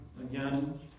Again